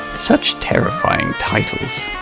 such terrifying titles,